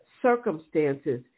circumstances